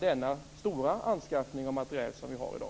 den stora anskaffning av materiel som vi har i dag?